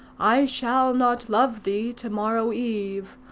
i shall not love thee to-morrow eve,